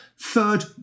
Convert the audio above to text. Third